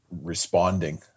responding